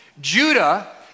Judah